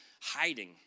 hiding